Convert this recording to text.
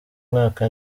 mwaka